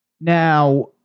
Now